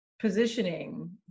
positioning